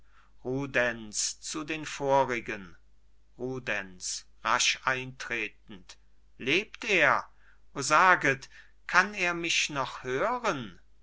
zu den vorigen rudenz rasch eintretend lebt er o saget kann er mich noch hören